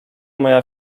moja